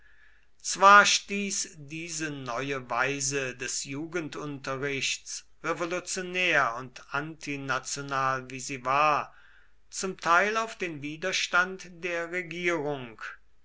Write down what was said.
zwar stieß diese neue weise des jugendunterrichts revolutionär und antinational wie sie war zum teil auf den widerstand der regierung